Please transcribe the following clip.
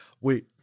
Wait